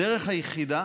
הדרך היחידה